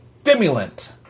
stimulant